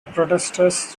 protesters